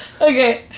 Okay